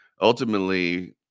ultimately